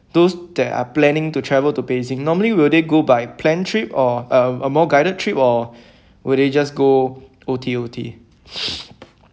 those that are planning to travel to beijing normally will they go by plan trip or uh a more guided trip or were they just go O_T_O_T